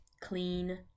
clean